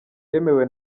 yemewe